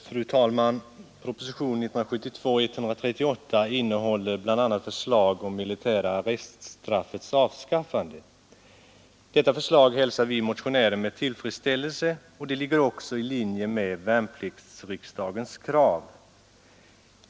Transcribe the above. Fru talman! Propositionen 138 innehåller bl.a. förslag om det militära arreststraffets avskaffande. Detta förslag hälsar vi motionärer med tillfredsställelse, och det ligger också i linje med värnpliktsriksdagens krav.